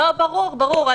ברור, ברור.